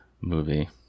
movie